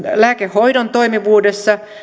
lääkehoidon toimivuudessa